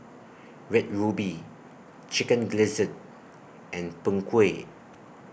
Red Ruby Chicken Gizzard and Png Kueh